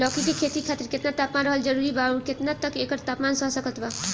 लौकी के खेती खातिर केतना तापमान रहल जरूरी बा आउर केतना तक एकर तापमान सह सकत बा?